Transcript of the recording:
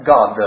God